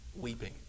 weeping